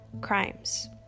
Crimes